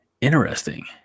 Interesting